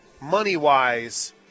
money-wise –